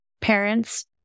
parents